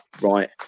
right